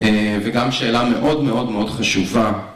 וגם שאלה מאוד מאוד מאוד חשובה